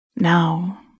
Now